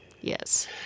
yes